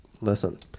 Listen